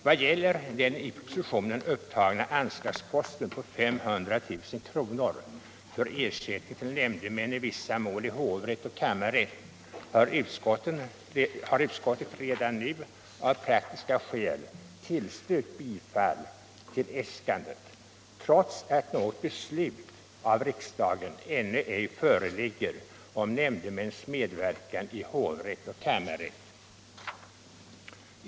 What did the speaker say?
Vad gäller den i propositionen upptagna anslagsposten på 500 000 kr. för ersättningar till nämndemän i vissa mål i hovrätt och kammarrätt har utskottet redan nu av praktiska skäl tillstyrkt äskandet trots att något beslut av riksdagen ännu ej föreligger om nämndemäns medverkan i hovrätt och kammarrätt.